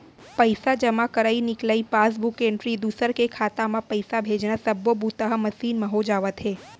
पइसा जमा करई, निकलई, पासबूक एंटरी, दूसर के खाता म पइसा भेजना सब्बो बूता ह मसीन म हो जावत हे